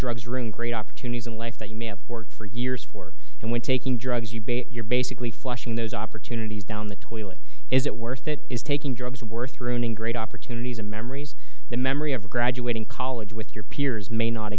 drugs room great opportunities in life that you may have worked for years for and when taking drugs you you're basically flushing those opportunities down the toilet is it worth it is taking drugs worth ruining great opportunities or memories the memory of graduating college with your peers may not